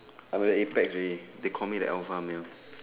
I'm the apex already they call me the alpha you know